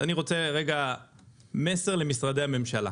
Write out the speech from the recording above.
אני רוצה לשדר רגע מסר למשרדי הממשלה,